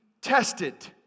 tested